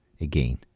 again